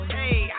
hey